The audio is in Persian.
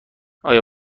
آیا